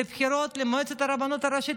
והבחירות למועצת הרבנות הראשית